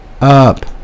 up